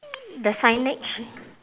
the signage